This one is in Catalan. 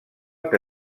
que